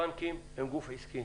הבנקים הם גוף עסקי.